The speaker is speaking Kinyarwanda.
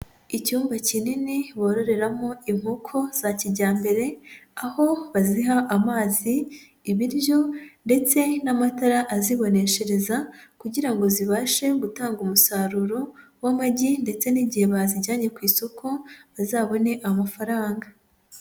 Icyumba kinini bororeramo inkoko za kijyambere, aho baziha amazi, ibiryo ndetse n'amatara aziboneshereza kugira ngo zibashe gutanga umusaruro w'amagi ndetse n'igihe bazijyanye ku isoko, bazabone amafaranga.